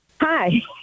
Hi